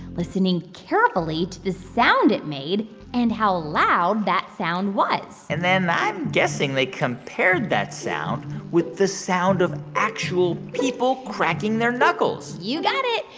listening carefully to the sound it made and how loud that sound was and then i'm guessing they compared that sound with the sound of actual people cracking their knuckles you got it.